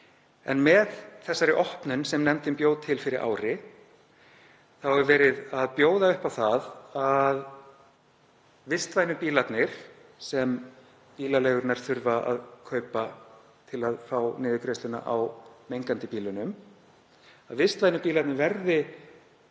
En með þessari opnun sem nefndin bjó til fyrir ári er verið að bjóða upp á það að vistvænu bílarnir, sem bílaleigurnar þurfa að kaupa til að fá niðurgreiðslu á mengandi bílunum, verði